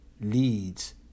leads